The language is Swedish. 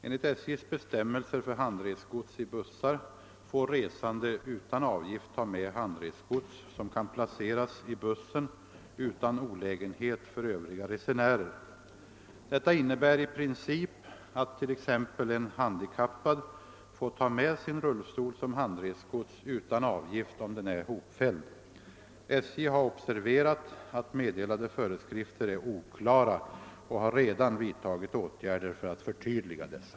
Enligt SJ:s bestämmelser för handresgods i bussar får resande utan avgift ta med handresgods som kan placeras i bussen utan olägenhet för övriga resenärer. Detta innebär i princip alt t.ex. en handikappad får ta med sin ruilstol som handresgods utan avgift, om den är hopfälld. SJ har observerat att meddelade föreskrifter är oklara och har redan vidtagit åtgärder för att förtydliga dessa.